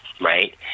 right